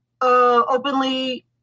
openly